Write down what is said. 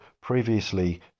previously